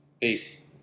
Peace